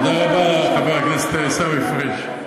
תודה רבה, חבר הכנסת עיסאווי פריג'.